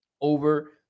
over